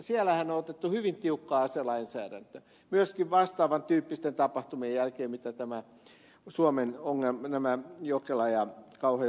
siellähän on otettu hyvin tiukka aselainsäädäntö myöskin vastaavan tyyppisten tapahtumien jälkeen mitä nämä suomen jokela ja kauhajoki olivat